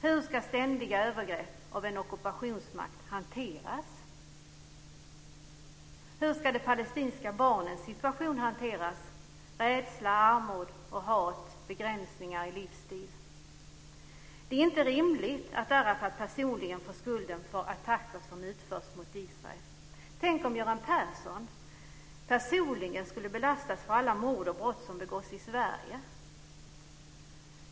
Hur ska ständiga övergrepp av en ockupationsmakt hanteras? Hur ska de palestinska barnens situation hanteras? Det gäller rädsla, armod, hat och begränsningar i livsstil. Det är inte rimligt att Arafat personligen får skulden för attacker som utförs mot Israel. Tänk om Göran Persson personligen skulle få skulden för alla mord och brott som begås i Sverige.